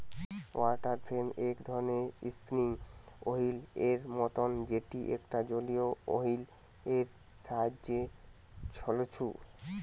water frame এক ধরণের spinning wheel এর মতন যেটি একটা জলীয় ওহীল এর সাহায্যে ছলছু